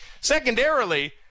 Secondarily